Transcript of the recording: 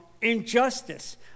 injustice